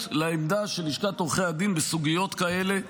לעמדה של לשכת עורכי הדין בסוגיות כאלה,